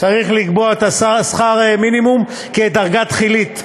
צריך לקבוע את שכר המינימום כדרגה תחילית,